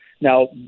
Now